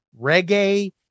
reggae